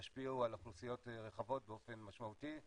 ישפיעו על אוכלוסיות רחבות באופן משמעותי.